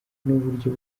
n’uburyo